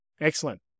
Excellent